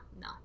no